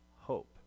hope